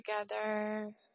together